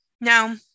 Now